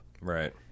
Right